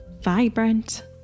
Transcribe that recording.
vibrant